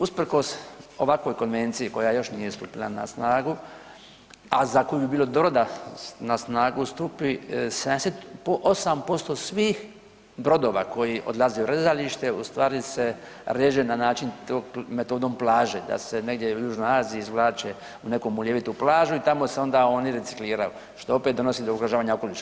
Usprkos ovakvoj konvenciji koja još nije stupila na snagu, a za koju bi bilo dobro da na snagu stupi 78% svih brodova koji odlaze u rezalište u stvari se reže na način metodom plaže, da se negdje u južnoj Aziji izvlače u neku muljevitu plažu i tamo se onda oni recikliraju što opet donosi do ugrožavanja okoliša.